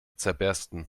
zerbersten